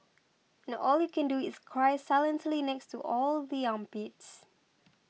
and all you can do is cry silently next to all the armpits